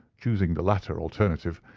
choosing the latter alternative,